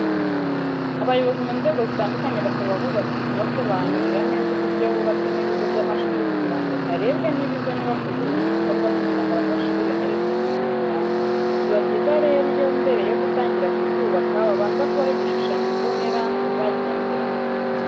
Abayobozi mu nzego zitandukanye basaba abubatsi kubasobanurira neza uburyo bubatsemo ibigo by'amashuri kugira ngo harebwe niba izo nyubako zujuje ibisabwa kugira ngo abanyeshuri bemererwe kuzigiramo. Biba byiza rero iyo mbere yo gutangira kuzubaka babanza kubaha igishushanyo mbonera bazagenderaho.